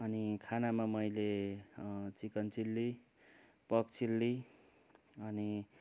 अनि खानामा मैले चिकन चिल्ली पर्क चिल्ली अनि